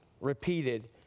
repeated